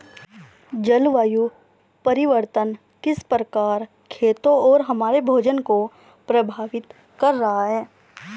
जलवायु परिवर्तन किस प्रकार खेतों और हमारे भोजन को प्रभावित कर रहा है?